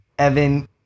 Evan